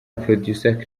producer